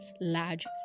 large